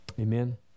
Amen